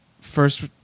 first